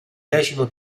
decimo